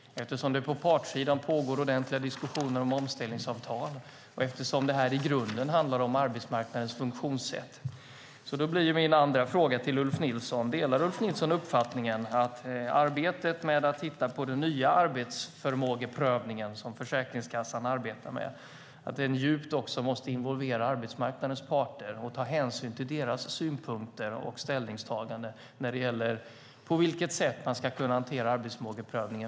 Eftersom det på partssidan pågår ordentliga diskussioner om omställningsavtal och eftersom det här i grunden handlar om arbetsmarknadens funktionssätt blir min andra fråga: Delar Ulf Nilsson uppfattningen att arbetet med att titta på den nya arbetsförmågeprövning som Försäkringskassan arbetar med också djupt måste involvera arbetsmarknadens parter och ta hänsyn till dess synpunkter och ställningstaganden när det gäller hur man framöver ska kunna hantera arbetsförmågeprövningen?